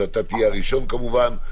אתה תהיה הראשון כמובן.